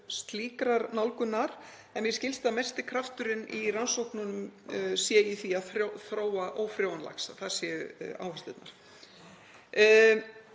slíkrar nálgunar en mér skilst að mesti krafturinn í rannsóknunum sé í því að þróa ófrjóan lax, að það séu áherslurnar.